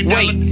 Wait